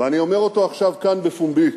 ואני אומר אותו עכשיו כאן בפומבי: